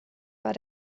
war